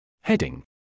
Heading